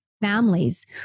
families